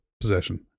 possession